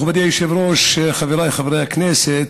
מכובדי היושב-ראש, חבריי חברי הכנסת,